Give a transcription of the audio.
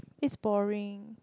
it's boring